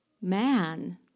man